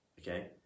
okay